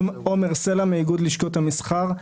אני עומר סלע, מאיגוד לשכות המסחר.